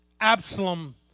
Absalom